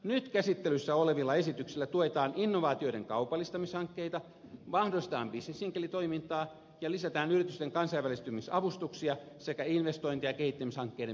nyt käsittelyssä olevilla esityksillä tuetaan innovaatioiden kaupallistamishankkeita mahdollistetaan bisnesenkelitoimintaa ja lisätään yritysten kansainvälistymisavustuksia sekä investointi ja kehittämishankkeiden myöntämisvaltuutta